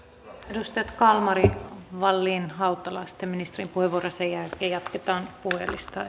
edustajat kalmari wallin ja hautala ja sitten ministerin puheenvuoro ja sen jälkeen jatketaan puhujalistaa